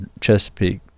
Chesapeake